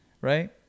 right